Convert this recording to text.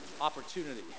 opportunity